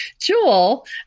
Jewel